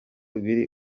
biri